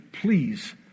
please